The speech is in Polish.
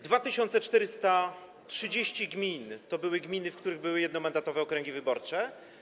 2430 gmin to były gminy, w których były jednomandatowe okręgi wyborcze.